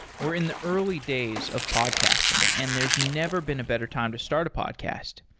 we're in the early days of podcasting, and there's never been a better time to start a podcast.